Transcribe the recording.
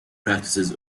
practices